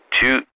two